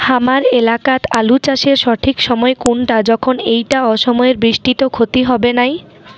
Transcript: হামার এলাকাত আলু চাষের সঠিক সময় কুনটা যখন এইটা অসময়ের বৃষ্টিত ক্ষতি হবে নাই?